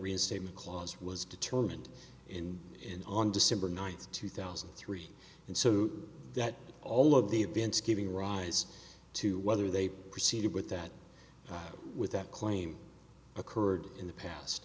reinstatement clause was determined in and on december ninth two thousand and three and so that all of the events giving rise to whether they proceeded with that with that claim occurred in the past